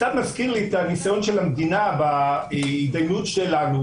זה קצת מזכיר לי את הניסיון של המדינה בהתדיינות שלנו